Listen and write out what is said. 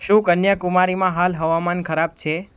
શું કન્યાકુમારીમાં હાલ હવામાન ખરાબ છે